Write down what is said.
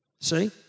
See